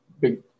big